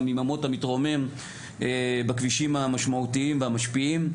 גם עם המוט המתרומם בכבישים המשמעותיים והמשפיעים.